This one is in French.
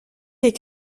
les